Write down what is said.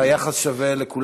והיחס שווה לכולם?